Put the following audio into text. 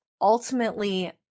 ultimately